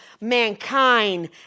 mankind